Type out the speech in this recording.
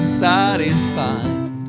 satisfied